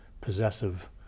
possessive